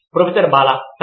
professor Bala సరే